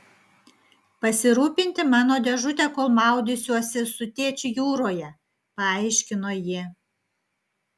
pasirūpinti mano dėžute kol maudysiuosi su tėčiu jūroje paaiškino ji